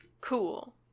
Cool